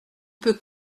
peut